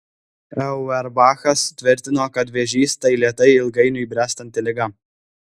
auerbachas tvirtino kad vėžys tai lėtai ilgainiui bręstanti liga